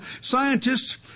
scientists